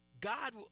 God